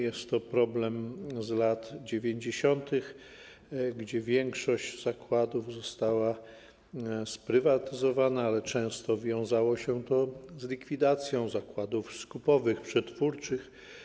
Jest to problem z lat 90., kiedy większość zakładów została sprywatyzowana, ale często wiązało się to z likwidacją zakładów skupowych, przetwórczych.